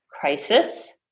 crisis